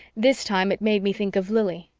this time it made me think of lili,